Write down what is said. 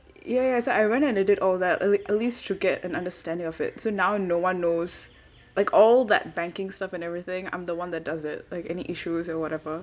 ya ya so I went and I did all that at l~ at least should get an understanding of it so now no one knows like all that banking stuff and everything I'm the one that does it like any issues or whatever